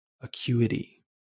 acuity